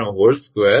972 0